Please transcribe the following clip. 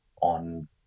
on